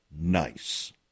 nice